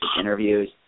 interviews